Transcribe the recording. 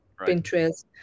Pinterest